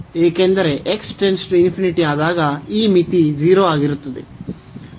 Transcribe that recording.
ಏಕೆಂದರೆ ಆದಾಗ ಈ ಮಿತಿ 0 ಆಗಿರುತ್ತದೆ